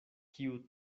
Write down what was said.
kiu